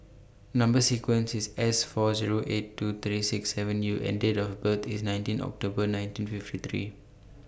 Number sequence IS S four Zero eight two three six seven U and Date of birth IS nineteen October nineteen fifty three